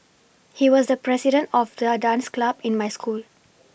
he was the president of the dance club in my school